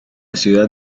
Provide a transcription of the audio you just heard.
ciudad